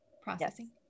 processing